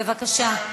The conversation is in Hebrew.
בבקשה.